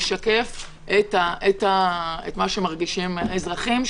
לשקף את מה שמרגישים האזרחים,